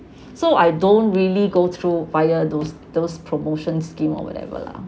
so I don't really go through via those those promotions scheme or whatever lah